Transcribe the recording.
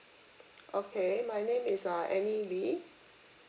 okay my name is uh annie lee